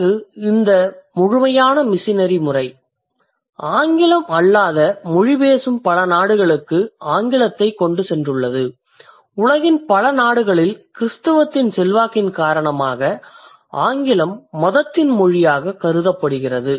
பிறகு இந்த முழுமையான மிசனரி முறை ஆங்கிலம் அல்லாத மொழி பேசும் பல நாடுகளுக்கு ஆங்கிலத்தை கொண்டு சென்றுள்ளது உலகின் பல நாடுகளில் கிறிஸ்துவத்தின் செல்வாக்கின் காரணமாக ஆங்கிலம் மதத்தின் மொழியாகக் கருதப்படுகிறது